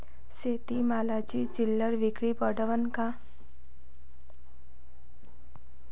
शेती मालाची चिल्लर विक्री परवडन का?